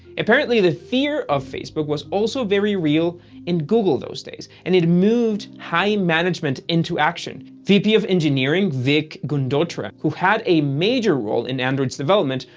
apparently, the fear of facebook was also very real in google those days, and it moved high management into action. vp engineering vic gundotra, who had a major role in android's development,